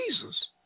Jesus